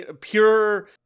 pure